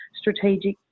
strategic